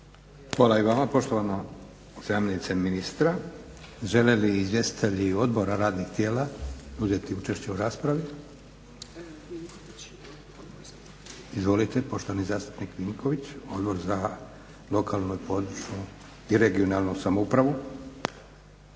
Hvala i vama poštovana zamjenice ministra. Žele li izvjestitelji odbora, radnih tijela uzeti učešće u raspravi? Izvolite, poštovani zastupnik Vinković Odbor za lokalnu i područnu i regionalnu samoupravu.